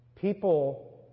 people